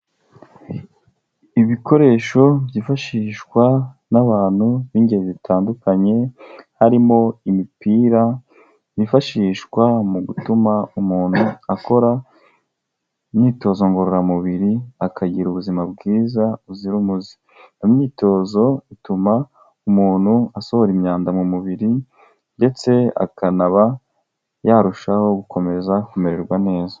Ibikoresho byifashishwa n'abantu b'ingeri zitandukanye harimo imipira yifashishwa mu gutuma umuntu akora imyitozo ngororamubiri akagira ubuzima bwiza buzira umuze. Imyitozo ituma umuntu asohora imyanda mu mubiri ndetse akanaba yarushaho gukomeza kumererwa neza.